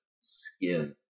Skin